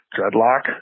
Dreadlock